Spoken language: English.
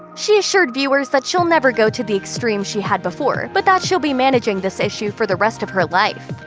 she assured viewers that she'll never go to the extremes she had before, but that she'll be managing this issue for the rest of her life.